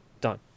done